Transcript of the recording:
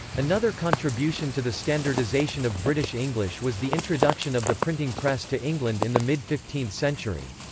another contribution to the standardisation of british english was the introduction of the printing press to england in the mid fifteenth century.